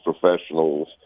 professionals